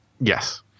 Yes